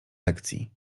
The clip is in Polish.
lekcji